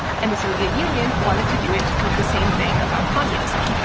and the soviet union wanted to do it to prove the same thing about communism.